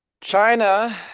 China